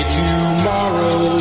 tomorrow